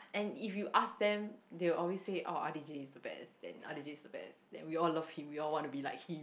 and if you ask them they will always say oh r_d_j is the best then r_d_j is the best then all love him we all want to be like him